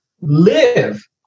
live